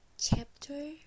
chapter